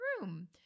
room